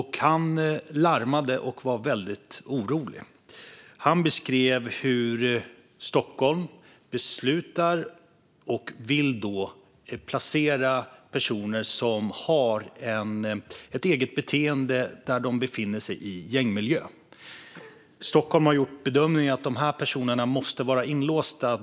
Han larmade och var orolig och beskrev hur Stockholm beslutar om placering av personer som har ett visst beteende i gängmiljö. Stockholm har gjort bedömningen att dessa personer måste vara inlåsta.